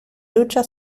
lucha